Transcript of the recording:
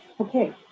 Okay